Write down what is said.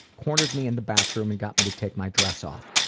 cornered me in the bathroom and got me to take my dress off.